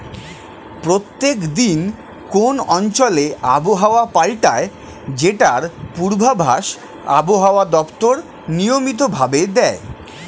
প্রত্যেক দিন কোন অঞ্চলে আবহাওয়া পাল্টায় যেটার পূর্বাভাস আবহাওয়া দপ্তর নিয়মিত ভাবে দেয়